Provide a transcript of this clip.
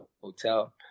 hotel